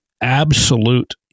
absolute